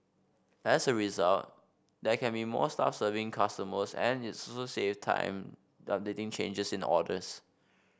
as a result there can be more staff serving customers and it so so save time updating changes in orders